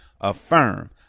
Affirm